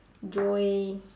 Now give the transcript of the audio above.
joy